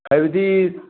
ꯍꯥꯏꯕꯗꯤ